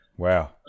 Wow